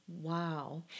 Wow